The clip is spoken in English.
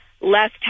less